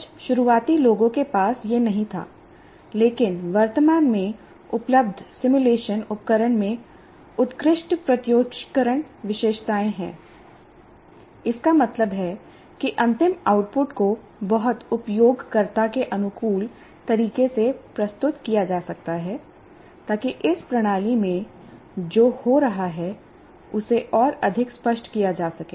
कुछ शुरुआती लोगों के पास यह नहीं था लेकिन वर्तमान में उपलब्ध सिमुलेशन उपकरण में उत्कृष्ट प्रत्योक्षकरण विशेषताएं हैं इसका मतलब है कि अंतिम आउटपुट को बहुत उपयोगकर्ता के अनुकूल तरीके से प्रस्तुत किया जा सकता है ताकि इस प्रणाली में जो हो रहा है उसे और अधिक स्पष्ट किया जा सके